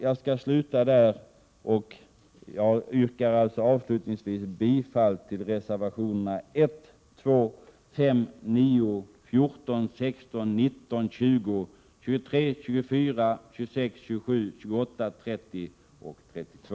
Jag avslutar med detta och yrkar avslutningsvis bifall till reservationerna 1, 2, 5, 9, 14, 16, 19, 20, 23, 24, 26, 27, 28, 30 och 32.